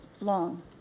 long